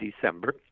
December